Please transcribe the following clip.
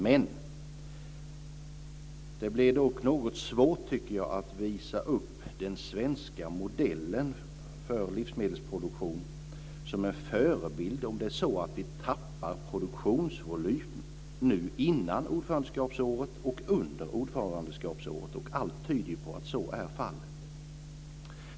Men, det blir dock något svårt att visa upp den svenska modellen för livsmedelsproduktion som en förebild om vi tappar produktionsvolym innan och under ordförandeskapsåret. Allt tyder på att så är fallet.